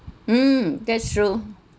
mm that's true